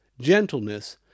gentleness